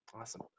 Awesome